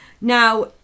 Now